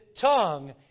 tongue